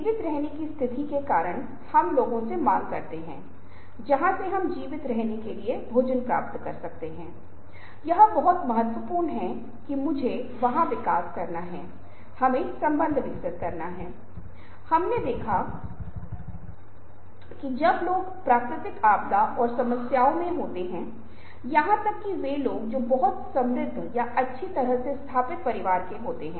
अब हम 18 से अधिक वर्षों तक तेजी से आगे आते हैं और हमारी पीढ़ी मोबाइलों को देखते हैं और हम पाते हैं कि एक छवि बनाने की पूरी अवधारणा उस छवि को जोड़ते हुए उस छवि को संपादित करते हुए एक गति चित्र उत्पन्न कर रही है इसलिए एक एनीमेशन उत्पन्न कर रहा है और उस छोटे उपकरण का उपयोग करके उस वीडियो के साथ छेड़छाड़ करना और उसके साथ खेलना कुछ ऐसा है जो बच्चे का खेल है यहां तक कि हमारे छोटे बच्चे भी ऐसा कर सकते हैं